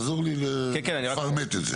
אמר פה --- עכשיו תעזור לי לפרמט את זה.